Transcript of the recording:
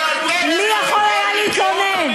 מי יכול היה להתלונן?